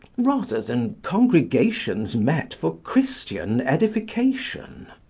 rather than congregations met for christian edification.